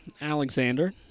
Alexander